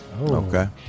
okay